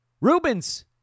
Rubens